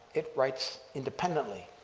it writes independently,